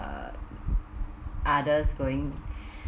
others going